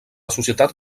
societat